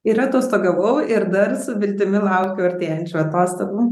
ir atostogavau ir dar su viltimi laukiu artėjančių atostogų